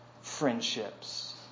friendships